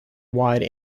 wide